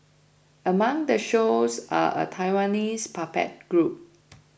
among the shows are a Taiwanese puppet group